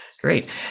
great